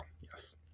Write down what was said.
yes